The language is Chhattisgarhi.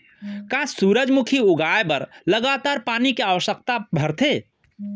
का सूरजमुखी उगाए बर लगातार पानी के आवश्यकता भरथे?